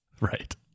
Right